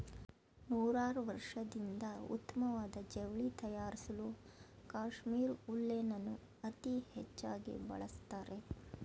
ನೂರಾರ್ವರ್ಷದಿಂದ ಉತ್ತಮ್ವಾದ ಜವ್ಳಿ ತಯಾರ್ಸಲೂ ಕಾಶ್ಮೀರ್ ಉಲ್ಲೆನನ್ನು ಅತೀ ಹೆಚ್ಚಾಗಿ ಬಳಸ್ತಾರೆ